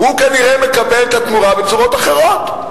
הוא כנראה מקבל את התמורה בצורות אחרות.